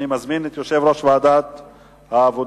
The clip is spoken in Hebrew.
אני מזמין את יושב-ראש ועדת העבודה,